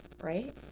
Right